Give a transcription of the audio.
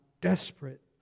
desperate